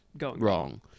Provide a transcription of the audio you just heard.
wrong